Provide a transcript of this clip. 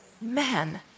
Man